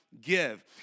give